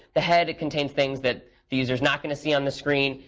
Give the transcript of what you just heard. the head contains things that the user is not going to see on the screen.